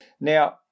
Now